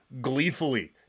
gleefully